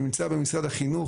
נמצא במשרד החינוך,